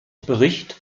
bericht